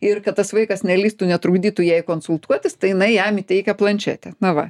ir kad tas vaikas nelįstų netrukdytų jai konsultuotis tai jinai jam įteikia planšetę na va